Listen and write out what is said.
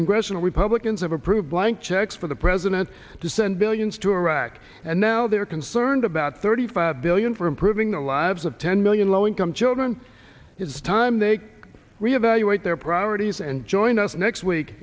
congressional republicans have approved blank checks for the president to send billions to iraq and now they're concerned about thirty five billion for improving the lives of ten million low income children it's time they reevaluate their priorities and join us next week